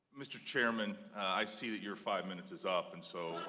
mr. chairman. i see that your five minutes is up. and so